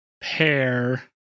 pair